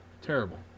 Terrible